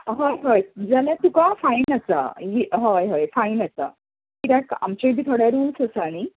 हय हय जाल्यार तुका फायन आसा हय हय फायन आसा कित्याक आमचेय बी थोडे रुल्स आसात न्ही